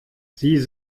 sie